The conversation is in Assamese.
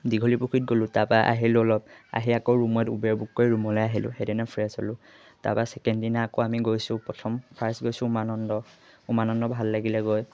দীঘলীপুখুৰীত গ'লোঁ তাপা আহিলোঁ অলপ আহি আকৌ ৰুমত উবেৰ বুক কৰি ৰুমলৈ আহিলোঁ সেইদিনা ফ্ৰেছ হ'লোঁ তাৰপৰা চেকেণ্ড দিনা আকৌ আমি গৈছোঁ প্ৰথম ফাৰ্ষ্ট গৈছোঁ উমানন্দ উমানন্দ ভাল লাগিলে গৈ